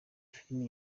filimi